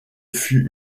fut